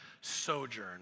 sojourn